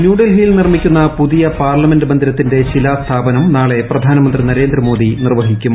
ന്യൂഡൽഹിയിൽ നിർമ്മിക്കുന്ന പ്പുതിയ പാർലമെന്റ് മന്ദിരത്തിന്റെ ശിലാസ്ഥാപനം നാളെ പ്രധാനിമന്ത്രി നരേന്ദ്രമോദി നിർവ്വഹിക്കും